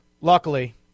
luckily